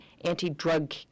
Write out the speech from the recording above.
anti-drug